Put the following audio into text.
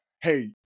hey